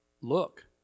Look